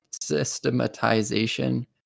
systematization